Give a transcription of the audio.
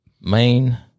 main